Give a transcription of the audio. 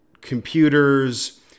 computers